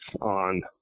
on